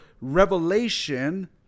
revelation